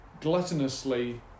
gluttonously